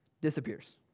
disappears